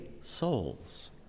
souls